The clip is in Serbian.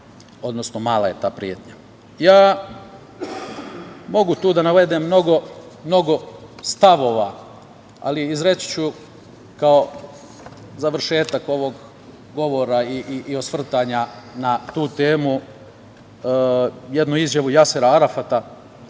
odnosno, mala je ta pretnja. Mogu tu da navedem mnogo stavova, ali izreći ću kao završetak ovog govora i osvrtanja na tu temu, jednu izjavu Jasera Arafata,